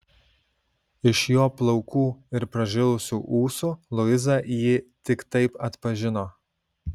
iš jo plaukų ir pražilusių ūsų luiza jį tik taip atpažino